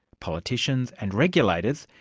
politicians and regulators,